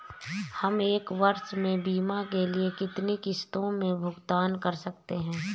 हम एक वर्ष में बीमा के लिए कितनी किश्तों में भुगतान कर सकते हैं?